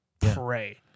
pray